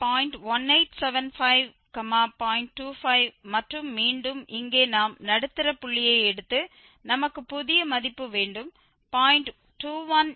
25 மற்றும் மீண்டும் இங்கே நாம் நடுத்தர புள்ளியை எடுத்து நமக்கு புதிய மதிப்பு வேண்டும் 0